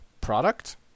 product